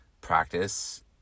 practice